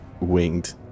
winged